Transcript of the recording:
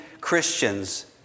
Christians